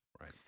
Right